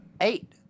eight